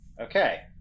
Okay